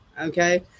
Okay